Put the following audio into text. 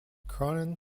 cronin